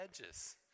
edges